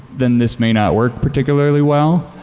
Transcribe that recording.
then this may not work particularly well.